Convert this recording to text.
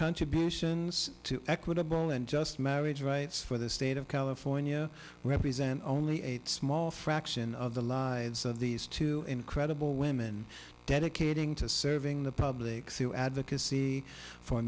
contributions to equitable and just marriage rights for the state of california represent only a small fraction of the lives of these two incredible women dedicating to serving the public through advocacy for